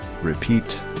Repeat